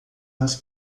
nas